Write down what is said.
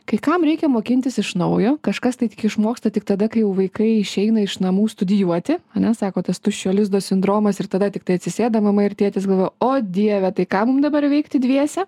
kai kam reikia mokintis iš naujo kažkas tai tik išmoksta tik tada kai jau vaikai išeina iš namų studijuoti ane sako tas tuščio lizdo sindromas ir tada tiktai atsisėda mama ir tėtis galvoja o dieve tai ką mum dabar veikti dviese